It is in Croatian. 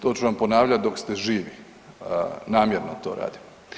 To ću vam ponavljat dok ste živi, namjerno to radim.